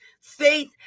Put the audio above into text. faith